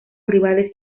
rivales